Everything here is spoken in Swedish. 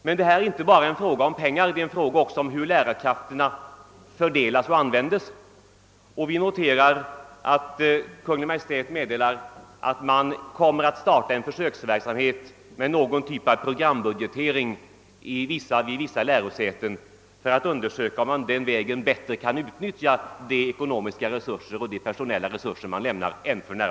Men detta är inte bara en fråga om pengar, utan det är också en fråga om hur lärarkrafterna fördelas och används. Vi noterar att Kungl. Maj:t meddelat, att man kommer att starta en försöksverksamhet med någon typ av programbudgetering vid vissa lärosäten för att undersöka om man den vägen bätt re än för närvarande kan utnyttja de ekonomiska och personella resurserna.